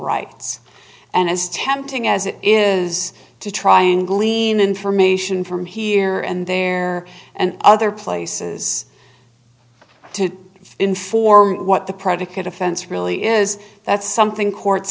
rights and as tempting as it is to try and glean information from here and there and other places to inform what the predicate offense really is that's something courts